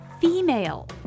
female